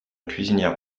cuisinière